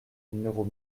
numéros